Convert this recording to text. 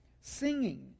singing